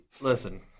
listen